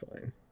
fine